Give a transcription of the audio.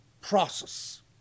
process